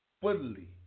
Fully